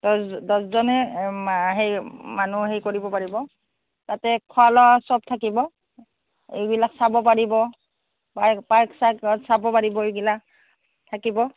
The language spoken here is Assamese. দছ দছজনে হেৰি মানুহ হেৰি কৰিব পাৰিব তাতে খোৱা লোৱা সব থাকিব এইবিলাক চাব পাৰিব পাৰ্ক পাৰ্ক চাৰ্ক চাব পাৰিব এইবিলাক থাকিব